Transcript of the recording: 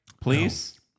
Please